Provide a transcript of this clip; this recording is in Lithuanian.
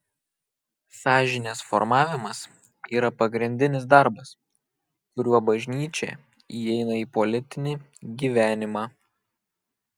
sąžinės formavimas yra pagrindinis darbas kuriuo bažnyčia įeina į politinį gyvenimą